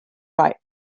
write